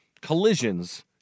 collisions